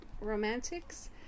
romantics